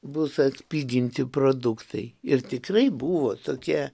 bus atpiginti produktai ir tikrai buvo tokie